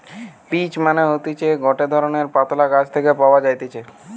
peach মানে হতিছে গটে ধরণের পাতলা গাছ থেকে পাওয়া যাইতেছে